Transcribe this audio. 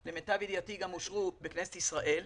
שלמיטב ידיעתי גם אושרו בכנסת ישראל,